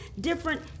different